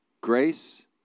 grace